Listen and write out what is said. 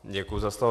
Děkuji za slovo.